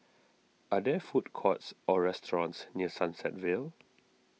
are there food courts or restaurants near Sunset Vale